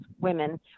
women